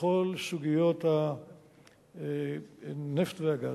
בכל סוגיות הנפט והגז.